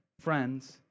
friends